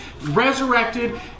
resurrected